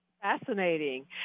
Fascinating